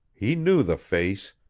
he knew the face.